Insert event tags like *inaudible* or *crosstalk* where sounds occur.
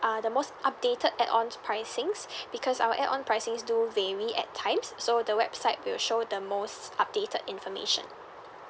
uh the most updated add on pricings *breath* because our add on pricings do vary at times so the website will show the most updated information